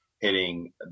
hitting